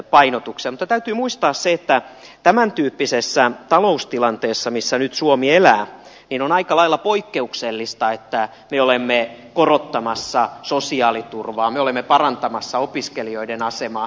mutta täytyy muistaa se että tämäntyyppisessä taloustilanteessa missä nyt suomi elää on aika lailla poikkeuksellista että me olemme korottamassa sosiaaliturvaa me olemme parantamassa opiskelijoiden asemaa